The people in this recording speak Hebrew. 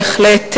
בהחלט,